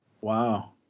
Wow